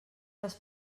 les